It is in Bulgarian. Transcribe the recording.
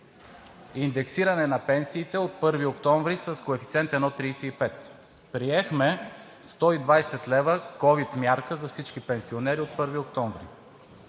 индексиране на пенсиите от 1 октомври с коефициент 1,35; приехме 120 лв. ковид мярка за всички пенсионери от 1 октомври;